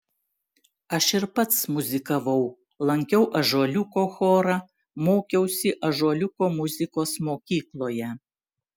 aš ir pats muzikavau lankiau ąžuoliuko chorą mokiausi ąžuoliuko muzikos mokykloje